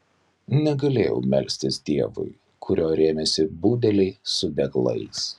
negalėjau melstis dievui kuriuo rėmėsi budeliai su deglais